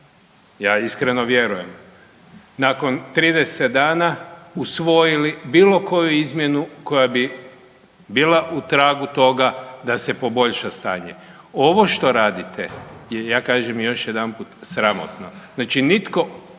ja iskreno vjerujem, nakon 30 dana usvojili bilo koju izmjenu koja bi bila u tragu toga da se poboljša stanje. Ovo što radite je, ja kažem još jedanput, sramotno. Znači nitko